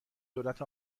دولت